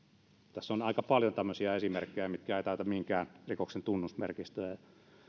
tässä on aika paljon tämmöisiä esimerkkejä mitkä eivät täytä minkään rikoksen tunnusmerkistöä ja